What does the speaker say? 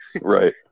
Right